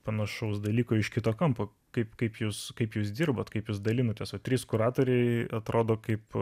panašaus dalyko iš kito kampo kaip kaip jūs kaip jūs dirbate kaip jūs dalinatės o trys kuratoriai atrodo kaip